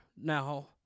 Now